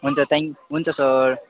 हुन्छ थ्याङ्क हुन्छ सर